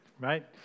right